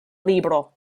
libro